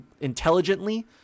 intelligently